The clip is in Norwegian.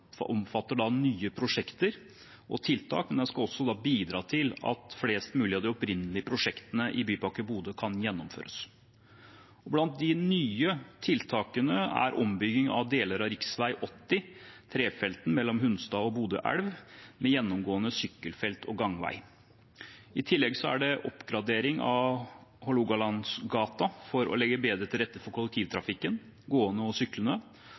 skal også bidra til at flest mulig av de opprinnelige prosjektene i Bypakke Bodø kan gjennomføres. Blant de nye tiltakene er ombygging av deler av rv. 80, trefeltsveien mellom Hunstad og Bodøelv, med gjennomgående sykkelfelt og gangvei. I tillegg er det oppgradering av Hålogalandsgata for å legge bedre til rette for kollektivtrafikken, gående og syklende,